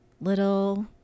little